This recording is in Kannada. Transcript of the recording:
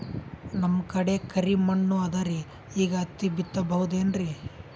ನಮ್ ಕಡೆ ಕರಿ ಮಣ್ಣು ಅದರಿ, ಈಗ ಹತ್ತಿ ಬಿತ್ತಬಹುದು ಏನ್ರೀ?